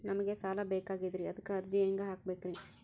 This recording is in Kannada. ನಮಗ ಸಾಲ ಬೇಕಾಗ್ಯದ್ರಿ ಅದಕ್ಕ ಅರ್ಜಿ ಹೆಂಗ ಹಾಕಬೇಕ್ರಿ?